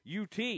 UT